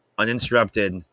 uninterrupted